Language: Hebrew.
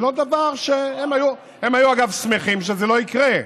זה לא דבר שהם היו, הם היו אגב שמחים שזה לא יקרה,